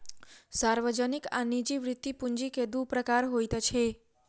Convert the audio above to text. सार्वजनिक आ निजी वृति पूंजी के दू प्रकार होइत अछि